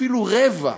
אפילו רבע,